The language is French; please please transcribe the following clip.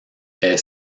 est